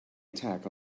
attack